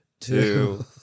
two